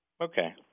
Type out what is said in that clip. Okay